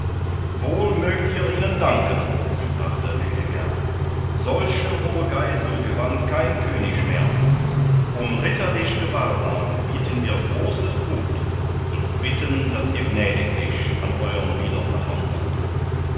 wohl mögt ihr ihnen danken sprach da lüdeger solche hohe geisel gewann kein könig mehr um ritterlich gewahrsam bieten wir großes gut und bitten daß ihr gnädiglich an euern widersachern tut